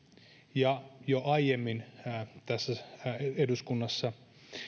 ja jo aiemmin tässä eduskunnassa